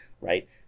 right